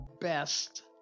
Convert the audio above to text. best